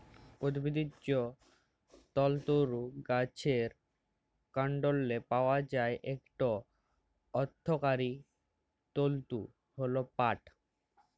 উদ্ভিজ্জ তলতুর গাহাচের কাল্ডলে পাউয়া ইকট অথ্থকারি তলতু হ্যল পাট